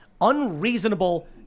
unreasonable